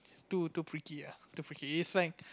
too too freaky ah too freaky it was like